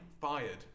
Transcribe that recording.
fired